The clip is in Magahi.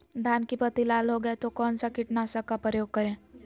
धान की पत्ती लाल हो गए तो कौन सा कीटनाशक का प्रयोग करें?